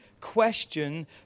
question